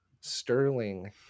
Sterling